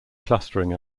clustering